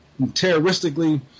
terroristically